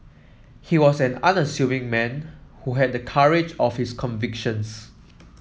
he was an unassuming man who had the courage of his convictions